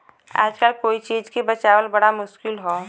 आजकल कोई चीज के बचावल बड़ा मुश्किल हौ